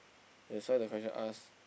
that's why the question ask